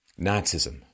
Nazism